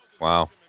Wow